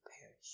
perish